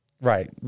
Right